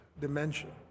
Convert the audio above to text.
dimension